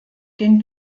den